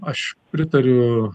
aš pritariu